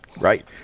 Right